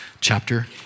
chapter